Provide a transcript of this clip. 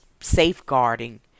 safeguarding